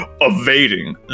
evading